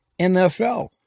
NFL